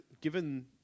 given